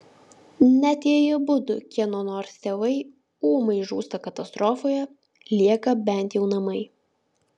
net jei abudu kieno nors tėvai ūmai žūsta katastrofoje lieka bent jau namai